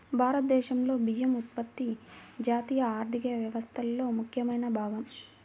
భారతదేశంలో బియ్యం ఉత్పత్తి జాతీయ ఆర్థిక వ్యవస్థలో ముఖ్యమైన భాగం